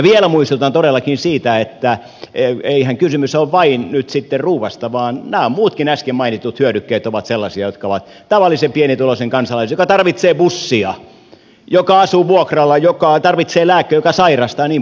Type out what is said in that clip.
vielä muistutan todellakin siitä että eihän kysymys ole nyt vain ruuasta vaan nämä muutkin äsken mainitut hyödykkeet ovat sellaisia että tavalliseen pienituloiseen kansalaiseen joka tarvitsee bussia joka asuu vuokralla joka tarvitsee lääkkeitä joka sairastaa jnp